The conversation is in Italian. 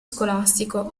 scolastico